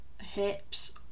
hips